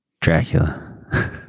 Dracula